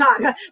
God